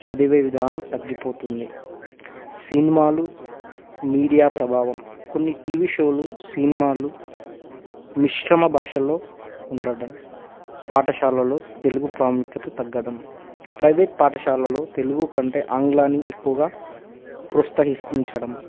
చదివే విధానం తగ్గిపోతుంది సినిమాలు మీడియా ప్రభావం కొన్ని టీ వీ షోలు సినిమాలు మిశ్రమ భాషలో ఉండడం పాఠశాలలో తెలుగు ప్రాముఖ్యత తగ్గడం ప్రైవేట్ పాఠశాలలో తెలుగు కంటే ఆంగ్లాన్ని ఎక్కువగా ప్రోత్సహించడం